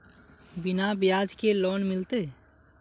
बिना ब्याज के लोन मिलते?